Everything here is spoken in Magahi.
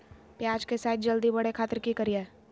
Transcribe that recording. प्याज के साइज जल्दी बड़े खातिर की करियय?